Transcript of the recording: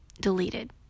deleted